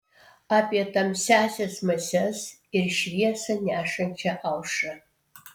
apie tamsiąsias mases ir šviesą nešančią aušrą